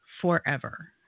forever